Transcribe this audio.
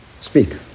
Speak